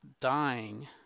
dying